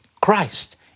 Christ